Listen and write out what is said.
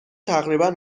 تقریبا